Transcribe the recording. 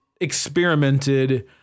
experimented